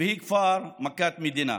והיא כבר מכת מדינה.